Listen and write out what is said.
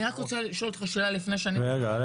אני רק רוצה לשאול אותך שאלה לפני שאני --- אותו?